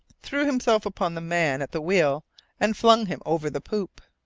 threw himself upon the man at the wheel and flung him over the poop.